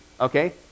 Okay